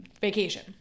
vacation